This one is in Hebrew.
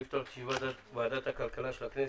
אני מתכבד לפתוח את ישיבת ועדת הכלכלה של הכנסת.